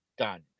done